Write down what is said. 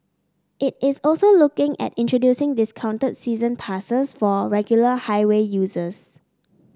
it is also looking at introducing discounted season passes for regular highway users